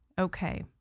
okay